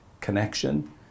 connection